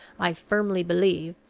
i firmly believe,